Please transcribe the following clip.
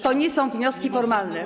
To nie są wnioski formalne.